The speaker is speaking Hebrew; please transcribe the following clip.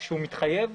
שהוא יתחייב.